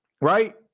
right